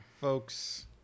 Folks